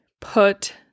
put